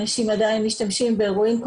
אנשים עדיין משתמשים בהרואין,